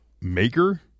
Maker